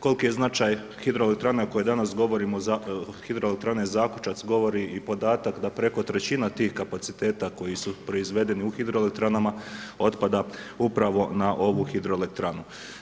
Koliki je značaj hidroelektrana koje danas govorimo Hidroelektrane Zakučac govori i podatak da preko trećina tih kapaciteta koji su proizvedeni u hidroelektranama otpada upravo na ovu hidroelektranu.